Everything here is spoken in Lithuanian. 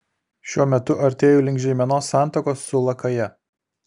šiuo metu artėju link žeimenos santakos su lakaja